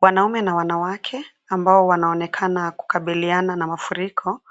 Wanaume na wanawake ambao wanaonekana kukabiliana na mafuriko